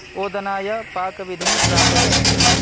ओदनाय पाकविधिं प्रापय